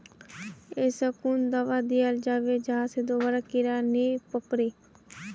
ऐसा कुन दाबा दियाल जाबे जहा से दोबारा कीड़ा नी पकड़े?